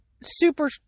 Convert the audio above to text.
super